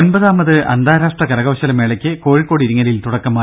ഒമ്പതാമത് അന്താരാഷ്ട്ര കരകൌശല മേളയ്ക്ക് കോഴിക്കോട് ഇരിങ്ങലിൽ തുടക്കമായി